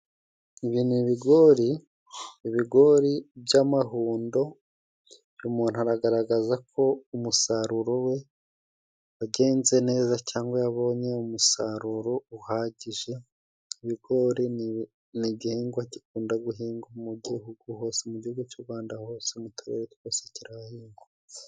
Ibi ni ibigori, ibigori by'amahundo, umuntu aragaragaza ko umusaruro we wagenze neza, cyangwa yabonye umusaruro uhagije, ibigori ni igihingwa gikunda guhingwa mu gihugu hose mu gihugu cy'u Rwanda hose, mu turere twose kirahahingwa.